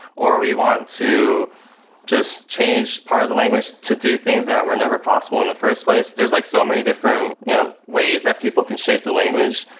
or we want to just change part of the language to do things that were never possible in the first place. there's like so many different yeah ways that people can shape the language,